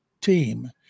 team –